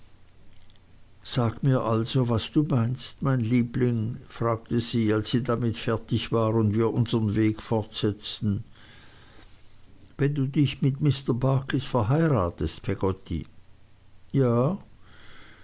sag mir also was du meinst liebling fragte sie als sie damit fertig war und wir unsern weg fortsetzten wenn du dich mit mr barkis verheiratest peggotty ja